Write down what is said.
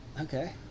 Okay